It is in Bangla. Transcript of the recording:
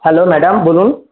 হ্যালো ম্যাডাম বলুন